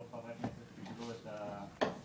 רוב חברי הכנסת קיבלו את הדו"ח,